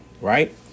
right